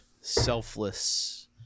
selfless